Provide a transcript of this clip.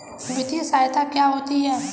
वित्तीय सहायता क्या होती है?